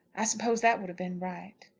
i suppose that would have been right.